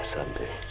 Sunday